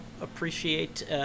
appreciate